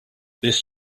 this